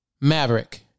Maverick